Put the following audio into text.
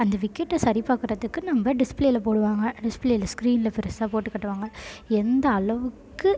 அந்த விக்கெட்டை சரி பார்க்கறதுக்கு நம்ம டிஸ்ப்ளேவில் போடுவாங்க டிஸ்ப்ளேவில் ஸ்கிரீனில் பெருசாக போட்டுக் காட்டுவாங்க எந்த அளவுக்கு